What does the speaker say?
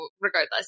regardless